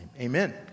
Amen